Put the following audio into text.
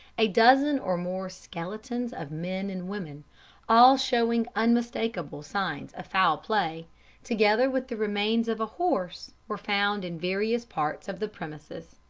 a dozen or more skeletons of men and women all showing unmistakable signs of foul play together with the remains of a horse, were found in various parts of the premises.